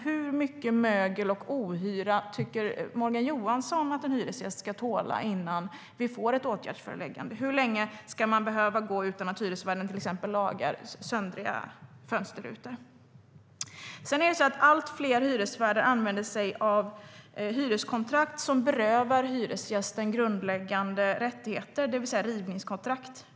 Hur mycket mögel och ohyra tycker Morgan Johansson att en hyresgäst ska tåla innan det blir ett åtgärdsföreläggande? Hur länge ska man behöva gå utan att hyresvärden lagar till exempel söndriga fönsterrutor? Allt fler hyresvärdar använder sig av hyreskontrakt som berövar hyresgästen grundläggande rättigheter, det vill säga rivningskontrakt.